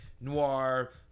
noir